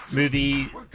movie